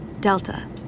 Delta